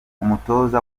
umutoza